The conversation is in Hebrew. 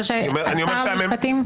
מי ממנה את שר המשפטים?